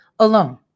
Alone